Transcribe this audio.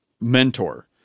mentor